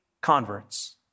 converts